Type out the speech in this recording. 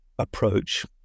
approach